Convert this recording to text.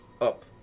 up